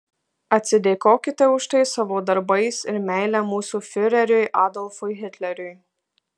atsidėkokite už tai savo darbais ir meile mūsų fiureriui adolfui hitleriui